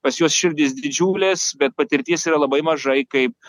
pas juos širdys didžiulės bet patirties yra labai mažai kaip